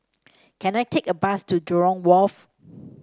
can I take a bus to Jurong Wharf